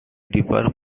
differ